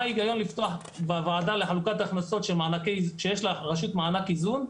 מה ההיגיון לפתוח ועדה לחלוקת הכנסות כשיש לרשות מענק איזון,